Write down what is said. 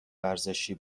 ورزشی